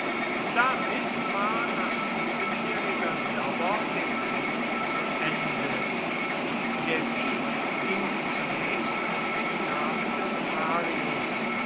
damit war nach siebenjähriger dauer der krieg zu ende der sieg ging zunächst auf den namen des marius